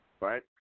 right